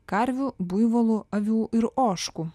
karvių buivolų avių ir ožkų